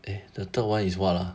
and the third one is what lah